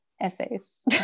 Essays